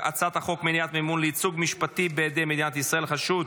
מניעת מימון לייצוג משפטי בידי מדינת ישראל (חשוד,